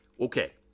Okay